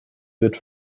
wird